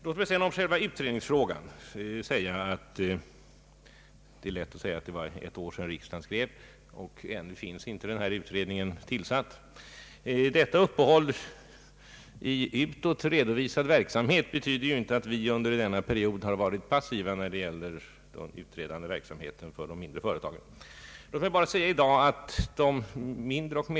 Låt mig sedan om själva utredningsfrågan framhålla att det är lätt att säga att det är ett år sedan riksdagen skrev och att utredningen ännu inte har tillsatts. Detta uppehåll i utåt redovisad verksamhet betyder ju inte att vi under denna period har varit passiva när det gällt utredningsverksamhet angående mindre och medelstora företag.